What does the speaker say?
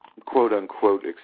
quote-unquote